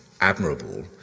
admirable